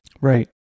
right